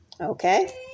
Okay